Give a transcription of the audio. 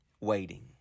waiting